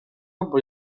albo